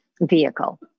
vehicle